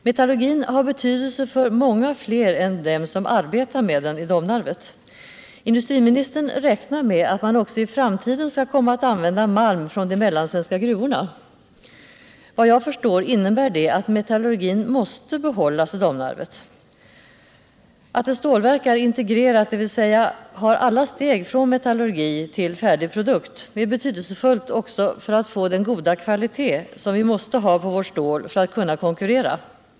Metallurgin har betydelse för många fler än dem som arbetar med den i Domnarvet. Industriministern räknar med att man också i framtiden skall komma att använda malm från de mellansvenska gruvorna. Såvitt jag förstår innebär det att metallurgin måste behållas i Domnarvet. Att ett stålverk är integrerat, dvs. har alla steg från metallurgi till färdig produkt, är betydelsefullt också för att få den goda kvalitet som vi måste ha på vårt stål för att kunna konkurrera.